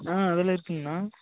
ஆ அதல்லாம் இருக்குதுங்கண்ணா